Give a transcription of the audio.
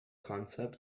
concept